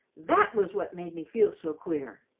that was what made me feel so queer.